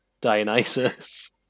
Dionysus